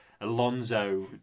Alonso